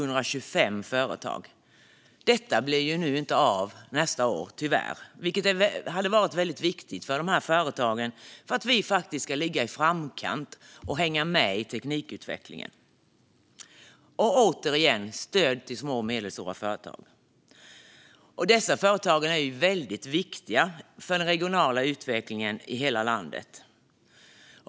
Nu blir det inte så nästa år, vilket är synd eftersom detta är viktigt för att svenska företag ska kunna hänga med i teknikutvecklingen och ligga i framkant. Små och medelstora företag är väldigt viktiga för den regionala utvecklingen i hela landet.